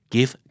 Give